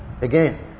Again